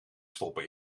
stoppen